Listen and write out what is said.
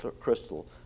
crystal